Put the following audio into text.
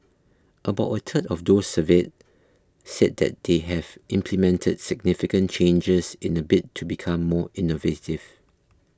about a third of those surveyed said that they have implemented significant changes in a bid to become more innovative